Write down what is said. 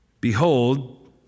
Behold